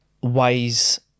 ways